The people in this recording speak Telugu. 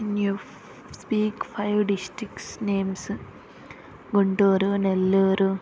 can you speak five districts names Guntur Nellore